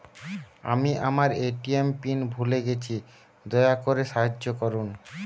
আমি আমার ATM PIN ভুলে গেছি, দয়া করে সাহায্য করুন